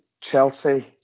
Chelsea